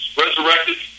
resurrected